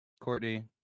courtney